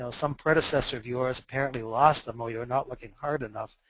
so some predecessor of yours apparently lost them or you're not looking hard enough,